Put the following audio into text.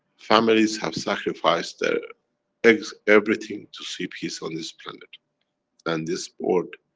families have sacrificed their ex. everything to see peace on this planet and this board.